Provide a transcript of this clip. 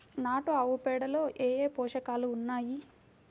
నాటు ఆవుపేడలో ఏ ఏ పోషకాలు ఉన్నాయి?